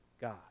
God